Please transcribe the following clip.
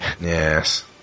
yes